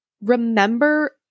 remember